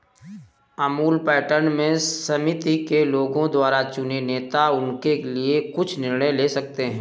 Amul pattern में समिति के लोगों द्वारा चुने नेता उनके लिए कुछ निर्णय ले सकते हैं